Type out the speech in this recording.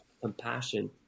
compassion